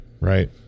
Right